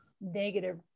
negative